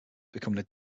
becoming